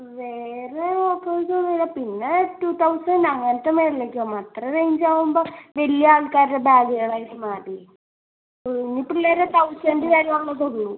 വേറെ ഓഫേഴ്സ് ഒന്നുമില്ല പിന്നെ ടു തൗസൻഡ് അങ്ങനത്തെ മേളിലൊക്കെ ആവുമ്പോൾ അത്ര റേഞ്ച് ആവുമ്പോൾ വലിയ ആൾക്കാരുടെ ബാഗുകളായിട്ട് മാറി കുഞ്ഞി പിള്ളാരെ തൗസൻഡ് വരേയുള്ളതേ ഉള്ളൂ